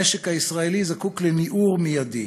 המשק הישראלי זקוק לניעור מיידי